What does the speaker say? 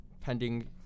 pending